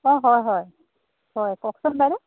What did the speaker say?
অঁ হয় হয় হয় কওকচোন বাইদেউ